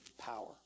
power